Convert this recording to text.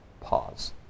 pause